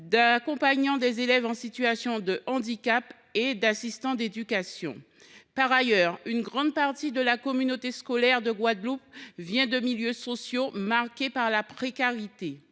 d’accompagnants d’élèves en situation de handicap (AESH) et d’assistants d’éducation (AED). Par ailleurs, une grande partie de la communauté scolaire de Guadeloupe vient de milieux sociaux marqués par la précarité.